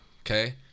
okay